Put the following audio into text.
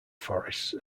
forests